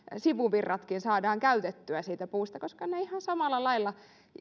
sivuvirratkin saadaan käytettyä siitä puusta koska ne ihan samalla lailla